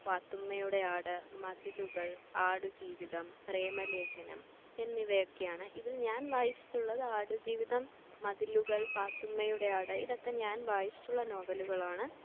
പാത്തുമ്മയുടെ ആട് മതിലുകൾ ആടുജീവിതം പ്രേമലേഖനം എന്നിവയൊക്കെയാണ് ഇതിൽ ഞാൻ വായിച്ചിട്ടുള്ളത് ആടുജീവിതം മതിലുകൾ പാത്തുമ്മയുടെ ആട് ഇതൊക്കെ ഞാൻ വായിച്ചിട്ടുള്ള നോവലുകളാണ്